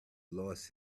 lost